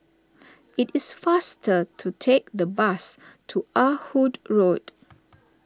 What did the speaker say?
it is faster to take the bus to Ah Hood Road